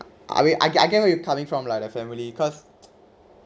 I mean I get get we coming from like the family cause